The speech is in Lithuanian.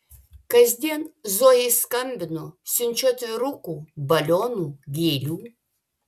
kasdien zojai skambinu siunčiu atvirukų balionų gėlių